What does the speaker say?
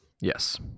Yes